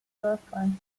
girlfriend